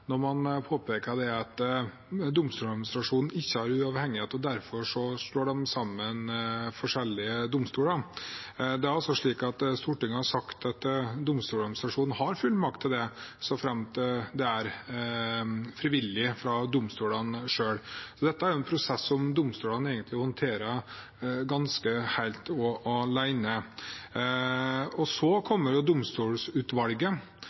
at Domstoladministrasjonen ikke har uavhengighet, og at de derfor slår sammen forskjellige domstoler. Stortinget har sagt at Domstoladministrasjonen har fullmakt til det så fremt det er frivillig fra domstolene selv. Dette er en prosess som domstolene egentlig håndterer ganske alene. Domstolutvalget kommer med en anbefaling i oktober. Den vil vi behandle når vi får den, og